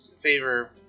favor